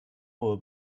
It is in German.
hohe